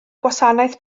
gwasanaeth